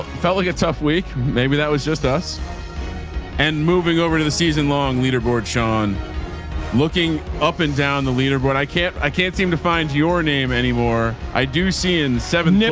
felt like a tough week. maybe that was just us and moving over to the season long leaderboard. sean looking up and down the leaderboard. i can't, i can't seem to find your name anymore. i do see in seven niches,